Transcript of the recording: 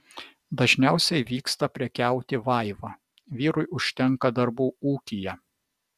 dažniausiai vyksta prekiauti vaiva vyrui užtenka darbų ūkyje